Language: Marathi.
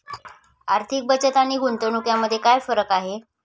आर्थिक बचत आणि गुंतवणूक यामध्ये काय फरक आहे?